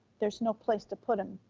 there's no place to put them,